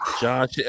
Josh